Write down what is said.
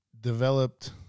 developed